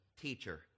teacher